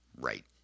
Right